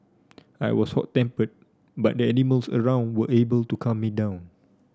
I was hot tempered but the animals around were able to calm me down